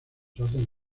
hacen